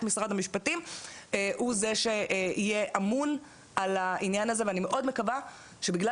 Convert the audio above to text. משרד המשפטים הוא זה שיהיה אמון על הענין הזה ואני מאוד מקווה שבגלל